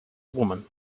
woman